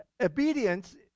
obedience